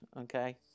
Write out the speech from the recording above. Okay